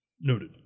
Noted